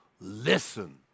listen